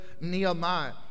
Nehemiah